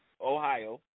Ohio